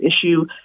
issue